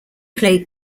played